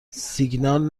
سیگنال